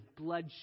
bloodshed